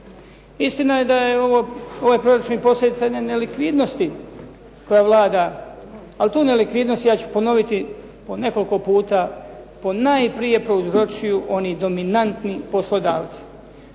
Istina je da je ovaj proračun posljedica jedne nelikvidnosti koja vlada, ali tu nelikvidnost, ja ću ponoviti po nekoliko puta, ponajprije prouzročuju oni dominantni poslodavci.